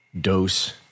dose